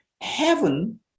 heaven